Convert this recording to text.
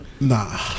Nah